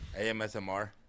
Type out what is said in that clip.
AMSMR